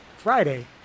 friday